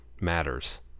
matters